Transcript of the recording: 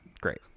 Great